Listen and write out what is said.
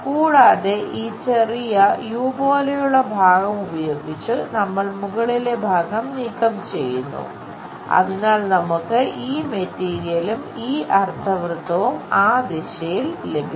കൂടാതെ ഈ ചെറിയ യു ഈ അർദ്ധവൃത്തവും ആ ദിശയിൽ ലഭിക്കും